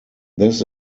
this